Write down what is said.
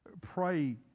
pray